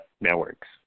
networks